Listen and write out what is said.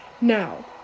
Now